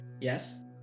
yes